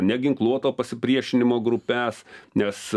neginkluoto pasipriešinimo grupes nes